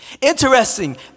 Interesting